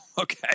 okay